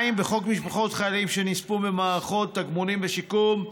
בחוק משפחות חיילים שנספו במערכה (תגמולים ושיקום),